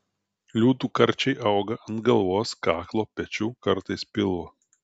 liūtų karčiai auga ant galvos kaklo pečių kartais pilvo